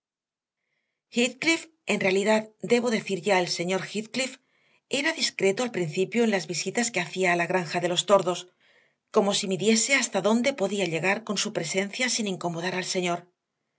en realidad debo decir ya el señor heathcliff era discreto al principio en las visitas que hacía a la granja de los tordos como si midiese hasta dónde podía llegar con su presencia sin incomodar al señor